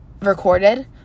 recorded